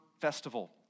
festival